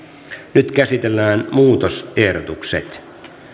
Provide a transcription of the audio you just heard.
nyt käsitellään muutosehdotukset